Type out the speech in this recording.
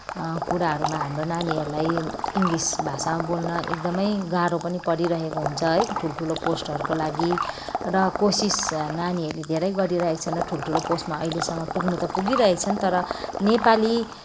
कुराहरूमा हाम्रो नानीहरूलाई इङ्गलिस भाषामा बोल्न एकदमै गाह्रो पनि परिरहेको हुन्छ है ठुल ठुलो पोस्टहरूको लागि र कोसिस नानीहरूले धेरै गरिरहेका छन् र ठुल ठुलो पोस्टमा अहिलेसम्म पुग्नु त पगिरहेका छन् तर नेपाली